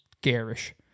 garish